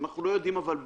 אנחנו לא יודעים, אבל,